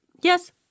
Yes